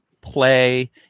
play